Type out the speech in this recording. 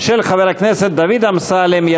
של חבר הכנסת דוד אמסלם,